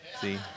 see